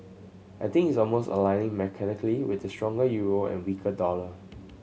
I think it's almost aligning mechanically with the stronger euro and weaker dollar